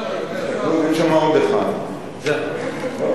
בעד הציבור